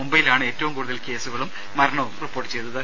മുംബൈയിലാണ് ഏറ്റവും കൂടുതൽ കേസുകളും മരണവും റിപ്പോർട്ട് ചെയ്തത്